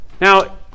Now